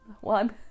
One